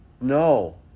no